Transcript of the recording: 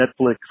Netflix